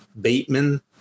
Bateman